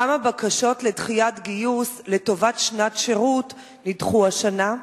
1. כמה בקשות לדחיית גיוס לטובת שנת שירות נדחו השנה?